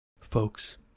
Folks